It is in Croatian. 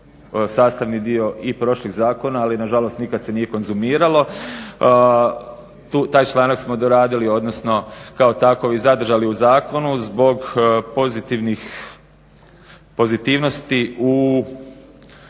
sastavni dio i prošlih zakona, ali na žalost nikad se nije konzumiralo. Taj članak smo doradili, odnosno kao takov i zadržali u zakonu zbog pozitivnosti u,